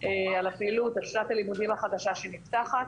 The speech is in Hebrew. על הפעילות, על שנת הלימודים החדשה שנפתחת.